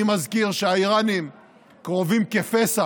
אני מזכיר שהאיראנים קרובים כפסע